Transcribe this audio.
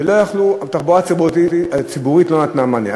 והתחבורה הציבורית לא נתנה מענה.